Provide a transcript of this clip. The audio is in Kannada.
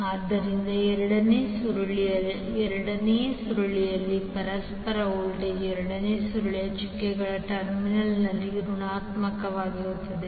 ಆದ್ದರಿಂದ ಎರಡನೇ ಸುರುಳಿಯ ಎರಡನೇ ಸುರುಳಿಯಲ್ಲಿನ ಪರಸ್ಪರ ವೋಲ್ಟೇಜ್ ಎರಡನೇ ಸುರುಳಿಯ ಚುಕ್ಕೆಗಳ ಟರ್ಮಿನಲ್ನಲ್ಲಿ ಋಣಾತ್ಮಕವಾಗಿರುತ್ತದೆ